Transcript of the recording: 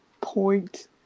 Point